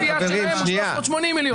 והגבייה היא של 380 מיליון שקל.